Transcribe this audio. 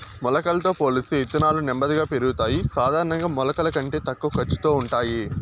మొలకలతో పోలిస్తే ఇత్తనాలు నెమ్మదిగా పెరుగుతాయి, సాధారణంగా మొలకల కంటే తక్కువ ఖర్చుతో ఉంటాయి